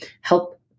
help